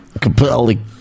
Compelling